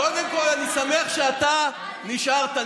קודם כול, אני שמח שאתה נשארת.